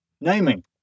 Naming